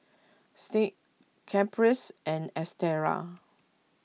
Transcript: Signe Caprice and Estela